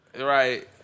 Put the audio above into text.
right